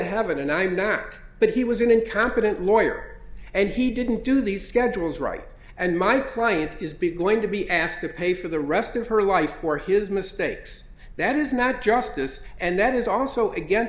heaven and i would act but he was an incompetent lawyer and he didn't do these schedules right and my client has been going to be asked to pay for the rest of her life for his mistakes that is not justice and that is also against